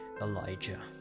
Elijah